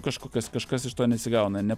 kažkokias kažkas iš to nesigauna ne